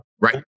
right